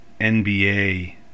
NBA